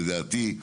לדעתי,